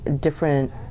different